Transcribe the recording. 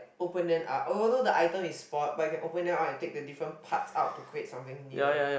open it out although the item is spot but you can open out and take the different parts out to create something new